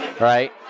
right